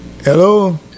hello